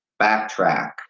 backtrack